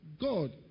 God